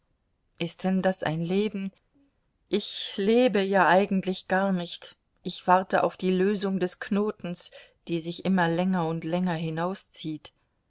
ist denn das ein leben ich lebe ja eigentlich gar nicht ich warte auf die lösung des knotens die sich immer länger und länger